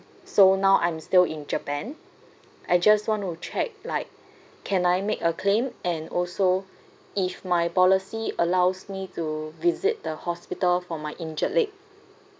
so now I'm still in japan I just want to check like can I make a claim and also if my policy allows me to visit the hospital for my injured leg